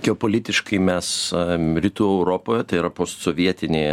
geopolitiškai mes rytų europoje tai yra postsovietinėje